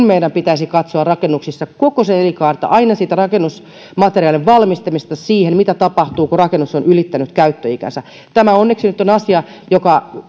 meidän pitäisi katsoa rakennuksissa koko elinkaarta aina siitä rakennusmateriaalin valmistamisesta siihen mitä tapahtuu kun rakennus on ylittänyt käyttöikänsä tämä onneksi nyt on asia joka